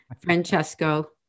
Francesco